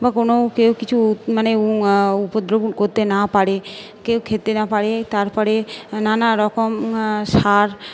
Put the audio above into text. বা কোনো কেউ কিছু মানে উপদ্রব করতে না পারে কেউ খেতে না পারে তারপরে নানারকম সার